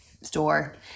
store